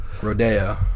Rodeo